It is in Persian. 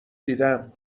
دیدم